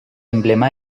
emblema